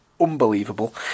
unbelievable